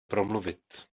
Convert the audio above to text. promluvit